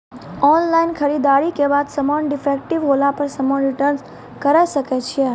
Online खरीददारी के बाद समान डिफेक्टिव होला पर समान रिटर्न्स करे सकय छियै?